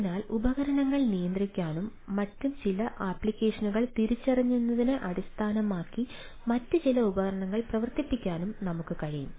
അതിനാൽ ഉപകരണങ്ങൾ നിയന്ത്രിക്കാനും മറ്റ് ചില ആപ്ലിക്കേഷനുകൾ തിരിച്ചറിഞ്ഞതിനെ അടിസ്ഥാനമാക്കി മറ്റ് ചില ഉപകരണങ്ങൾ പ്രവർത്തിപ്പിക്കാനും ഞങ്ങൾക്ക് കഴിയും